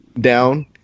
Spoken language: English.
down